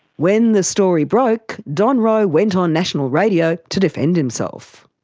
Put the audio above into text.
when the story broke, don rowe went on national radio to defend himself.